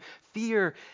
fear